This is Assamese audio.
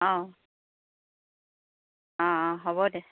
অঁ অঁ অঁ হ'ব দে